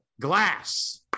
Glass